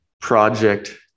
project